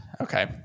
okay